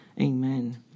Amen